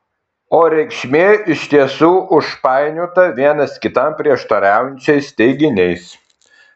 o reikšmė iš tiesų užpainiota vienas kitam prieštaraujančiais teiginiais